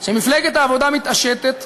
שמפלגת העבודה מתעשתת,